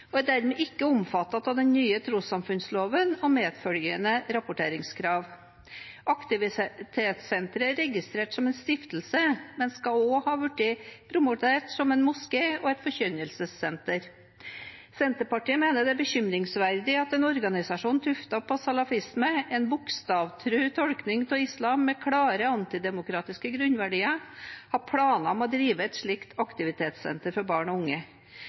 og ikke som et trossamfunn og er dermed ikke omfattet av den nye trossamfunnsloven og medfølgende rapporteringskrav. Aktivitetssenteret er registrert som en stiftelse, men skal også ha vært promotert som en moské og et forkynnelsessenter. Senterpartiet mener det er bekymringsverdig at en organisasjon tuftet på salafisme, en bokstavtro tolkning av islam med klare antidemokratiske grunnverdier, har planer om å drive et slikt aktivitetssenter for barn og unge